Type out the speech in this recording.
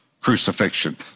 crucifixion